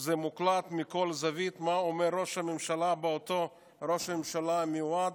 מה שאומר ראש הממשלה, אותו ראש ממשלה מיועד,